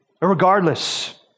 Regardless